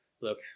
Look